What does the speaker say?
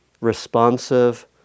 responsive